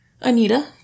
Anita